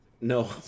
no